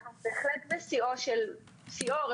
אנחנו בהחלט בשיאו או בראשיתו,